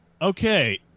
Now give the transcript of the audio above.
okay